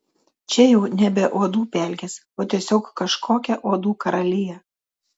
čia jau nebe uodų pelkės o tiesiog kažkokia uodų karalija